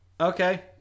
Okay